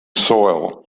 soil